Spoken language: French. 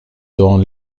dans